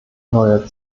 neue